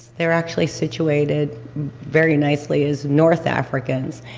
they're actually situated very nicely as north africans,